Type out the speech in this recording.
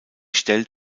stellt